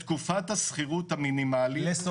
שתקופת השכירות המינימלית תהיה ל 10 שנים.